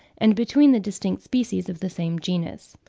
and between the distinct species of the same genus.